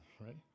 right